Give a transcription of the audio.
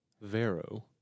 Vero